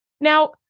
Now